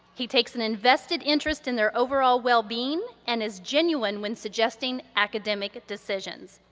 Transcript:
he takes an invested interest in their overall wellbeing and is genuine when suggesting academic decisions.